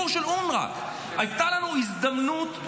הייתה לנו הזדמנות,